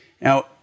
Now